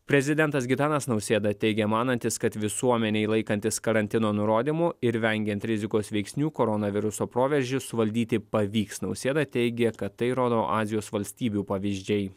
prezidentas gitanas nausėda teigė manantis kad visuomenei laikantis karantino nurodymų ir vengiant rizikos veiksnių koronaviruso proveržį suvaldyti pavyks nausėda teigė kad tai rodo azijos valstybių pavyzdžiai